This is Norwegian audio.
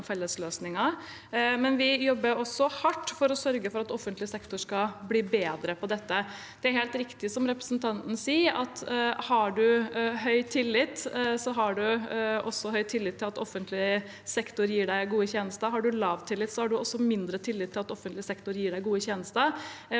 men vi jobber også hardt for å sørge for at offentlig sektor skal bli bedre på dette. Det er helt riktig som representanten sier, at har du høy tillit, har du også høy tillit til at offentlig sektor gir deg gode tjenester. Har du lav tillit, har du også mindre tillit til at offentlig sektor gir deg gode tjenester.